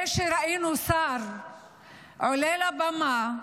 זה שראינו שר עולה לבמה,